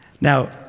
Now